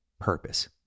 purpose